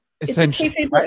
essentially